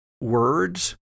words